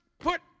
put